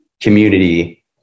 community